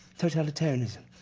totalitarianism?